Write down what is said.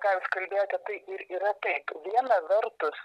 ką jūs kalbėjote tai ir yra taip viena vertus